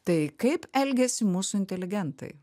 tai kaip elgėsi mūsų inteligentai